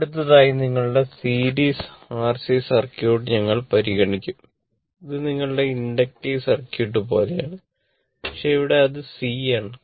അടുത്തതായി നിങ്ങളുടെ series R C circuit ആണ്